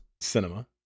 Cinema